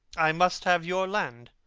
i must have your land